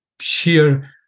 sheer